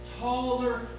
taller